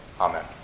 amen